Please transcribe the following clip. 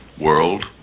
world